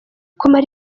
kumara